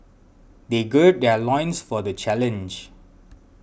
they gird their loins for the challenge